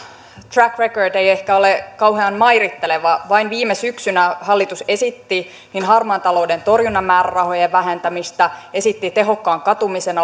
track record ei ehkä ole kauhean mairitteleva vain viime syksynä hallitus esitti harmaan talouden torjunnan määrärahojen vähentämistä esitti tehokkaan katumisen